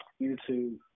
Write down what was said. YouTube